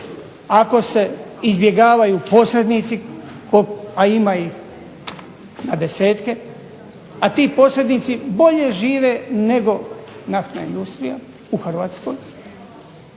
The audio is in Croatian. ako se izbjegavaju posrednici, a ima ih na desetke, a ti posrednici bolje žive nego naftna industrija u Hrvatskoj.